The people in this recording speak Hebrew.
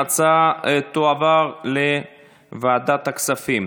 ההצעה תועבר לוועדת הכספים.